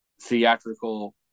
theatrical